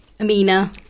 Amina